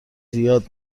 زیاد